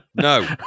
no